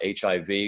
HIV